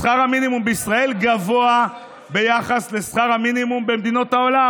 שכר המינימום בישראל גבוה ביחס לשכר המינימום במדינות העולם.